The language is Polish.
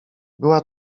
była